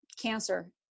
cancer